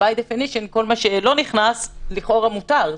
אז כל מה שלא נכנס לכאורה מותר.